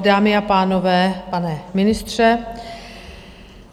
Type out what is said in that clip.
Dámy a pánové, pane ministře,